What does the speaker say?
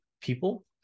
people